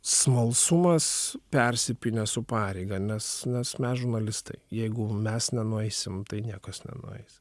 smalsumas persipynęs su pareiga nes nes mes žurnalistai jeigu mes nenueisim tai niekas nenueis